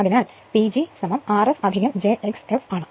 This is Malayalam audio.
അതിനാൽ PG Rf j x f ആണ്